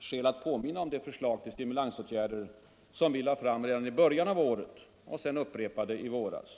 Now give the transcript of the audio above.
skäl att påminna om det förslag till stimulansåtgärder som vi lade fram redan i början av året och sedan upprepade i våras.